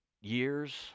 years